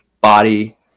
body